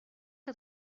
que